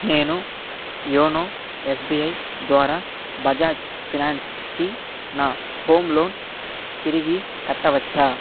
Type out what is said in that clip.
నేను YONO SBI ద్వారా Bajaj finance కి నా హోమ్ లోన్ తిరిగి కట్టవచ్చా